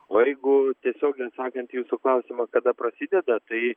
o jeigu tiesiogiai atsakant į jūsų klausimą kada prasideda tai